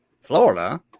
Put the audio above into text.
Florida